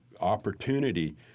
opportunity